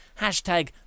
Hashtag